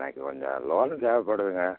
எனக்கு கொஞ்சம் லோன் தேவைப்படுதுங்க